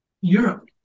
Europe